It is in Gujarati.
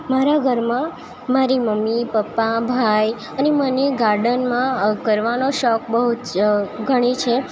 મારા ઘરમાં મારી મમ્મી પપ્પા ભાઈ અને મને ગાર્ડનમાં કરવાનો શોખ બહુ જ ઘણી છે